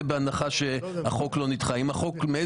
זה בהנחה שהחוק לא נדחה.